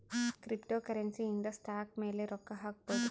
cryptocurrency ಇಂದ stock ಮೇಲೆ ರೊಕ್ಕ ಹಾಕ್ಬೊದು